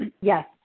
Yes